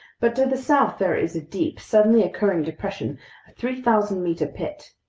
but to the south there is a deep, suddenly occurring depression, a three thousand meter pit.